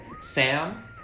Sam